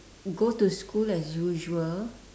go to school as usual